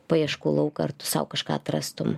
paieškų lauką ar tu sau kažką atrastum